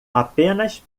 apenas